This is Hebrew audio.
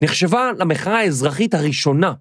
נחשבה למחאה האזרחית הראשונה.